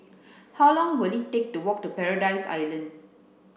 how long will it take to walk to Paradise Island